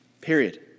Period